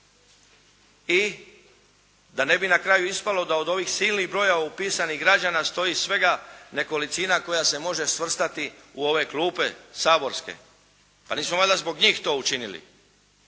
i da ne bi na kraju ispalo da od ovog silnog brojeva upisanih građana stoji svega nekolicina koja se može svrstati u ove klupe saborske. Pa nismo valjda zbog njih to učinili.